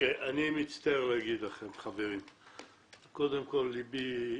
אני מצטער להגיד לכם, חברים, קודם כול, ליבי אתכם,